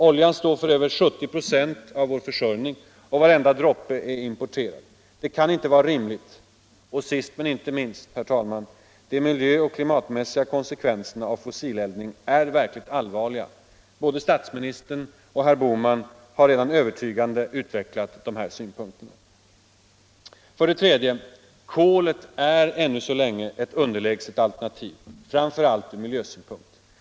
Oljan står för över 70 96 av vår energiförsörjning, och varenda droppe är importerad. Det kan inte vara rimligt. Och sist men inte minst — de miljöoch klimatmässiga konsekvenserna av fossileldning är verkligt allvarliga. Både statsministern och herr Bohman har redan övertygande utvecklat dessa synpunkter. 3. Kol är ännu så länge ett underlägset alternativ, framför allt ur miljösynpunkt.